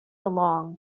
along